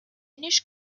finnish